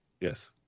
Yes